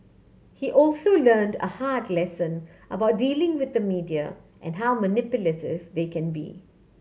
he also learned a hard lesson about dealing with the media and how manipulative they can be